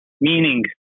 meaning